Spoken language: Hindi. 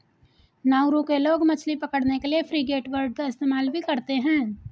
नाउरू के लोग मछली पकड़ने के लिए फ्रिगेटबर्ड का इस्तेमाल भी करते हैं